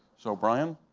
so brian.